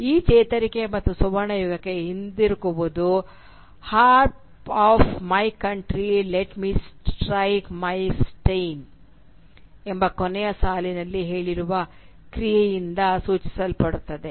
ಈ ಚೇತರಿಕೆ ಮತ್ತು ಸುವರ್ಣಯುಗಕ್ಕೆ ಹಿಂತಿರುಗುವುದು harp of my country let me strike the strain of my country let me strike my strain ಎಂಬ ಕೊನೆಯ ಸಾಲಿನಲ್ಲಿ ಹೇಳಿರುವ ಕ್ರಿಯೆಯಿಂದ ಸೂಚಿಸಲ್ಪಟ್ಟಿದೆ